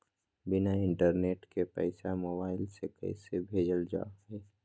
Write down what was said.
बिना इंटरनेट के पैसा मोबाइल से कैसे भेजल जा है?